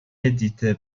édité